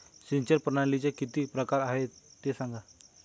सिंचन प्रणालीचे किती प्रकार आहे ते सांगा